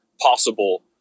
possible